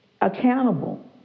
accountable